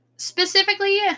Specifically